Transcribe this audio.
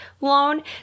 loan